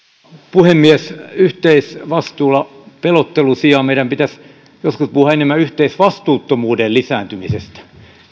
puhemies yhteisvastuulla pelottelun sijaan meidän pitäisi joskus puhua enemmän yhteisvastuuttomuuden lisääntymisestä